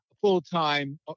full-time